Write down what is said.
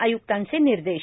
आय्क्तांचे निर्देश